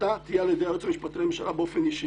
תהיה על ידי היועץ המשפטי לממשלה באופן אישי.